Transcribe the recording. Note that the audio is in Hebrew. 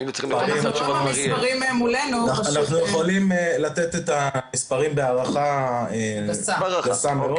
המספרים מולנו --- אנחנו יכולים לתת את המספרים בהערכה גסה.